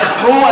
שכחו,